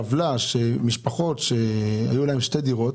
עוולה כאשר יש משפחות שהיו להן שתי דירות